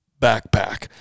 backpack